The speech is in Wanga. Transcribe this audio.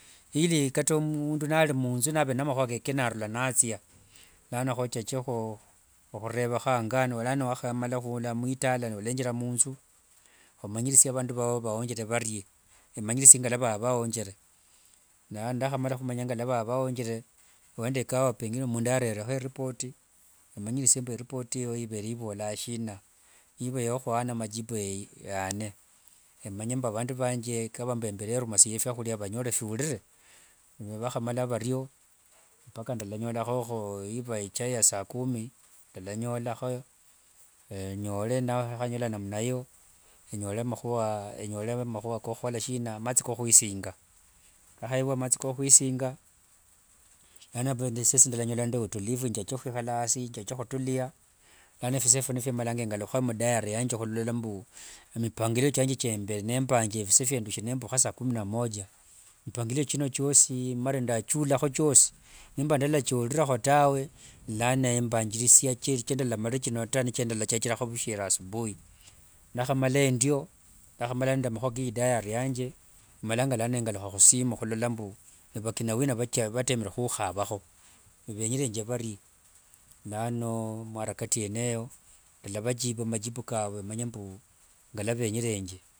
Ili kata mundu nali munthu mavere nendeakhua keke narula nathia. Lano khochachekho khureva ango ano lano wakhamala khula mwitala nolenjira munthu, omqnyirisie vandu vao vawonjere varie. Emanyirishe ngalava vawonjere. Na ndakhama khumanya ngalava vawonjere, khuenda ikawa pengine mundu arere iripoti, emanyirishie iripoti iyo ivere ivolanga shina. Nivayakhuana majibu, eyane. Emanye mbu avandu vanje kavambu rumanishie fwahulia vanyorere fwilire. Nivakhama vario, mpaka ndalanyolakhokho niva ichai ya saa kumi, ndalanyolakho. Enyole, ndakhamala khunyola namna hiyo, enyole makhua, makhua kokhukhola shina, mathi kohwisinga. Ndakhayevua mathi kohwisinga, lano siesi ndalanyolua na utulivu njache khwikhala asi, njache khutulia. Lano fisa ephio nifimalanga ngalukhe mdairy yanje khulola mbu, emipangilio chiange chia nimbere nimpangire visha fimbere nimbukha saa kumi na moja, mipangilio chino chiosi malire ndachula chiosi? Nimba nindalathirirekhp tawe, lano mbanjirishia chialandamalire chino ta, nithilandanzirakho asubui. Ndakhamala endio, ndakhamala na makhua ka idairy yanje malanga lano ngalukha khusimu khulola mbu na akuna wina vacha, vatemere khukhavakho na venyerenge varie? Lano mwarakati yeneyo, ndalavajiba majibu kavwe emanye mbu ngavenyerenge.